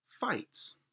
fights